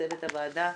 צוות הוועדה,